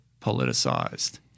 politicized